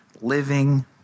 living